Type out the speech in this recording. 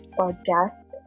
podcast